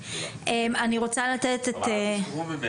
אני רוצה שיישבו איתי, אל תשכחו.